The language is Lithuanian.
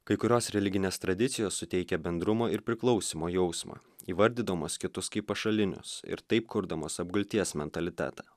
kai kurios religinės tradicijos suteikia bendrumo ir priklausymo jausmą įvardydamos kitus kaip pašalinius ir taip kurdamos apgulties mentalitetą